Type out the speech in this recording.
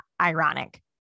ironic